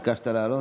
ביקשת לעלות.